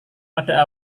pada